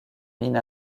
mine